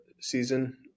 season